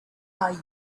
are